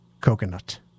Coconut